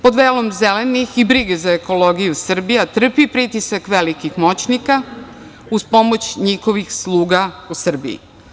Pod velom zelenih i brige za ekologiju, Srbija trpi pritisak velikih moćnika uz pomoć njihovih sluga u Srbiji.